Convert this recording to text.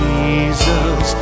Jesus